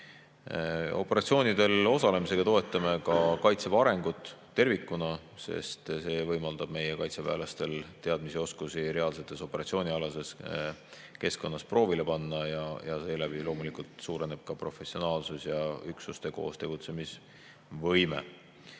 Operatsioonidel osalemisega toetame Kaitseväe arengut tervikuna, sest see võimaldab meie kaitseväelastel oma teadmisi ja oskusi reaalses operatsioonialases keskkonnas proovile panna ning seeläbi loomulikult suureneb ka nende professionaalsus ja üksuste koostegutsemisvõime.